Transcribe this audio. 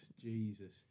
Jesus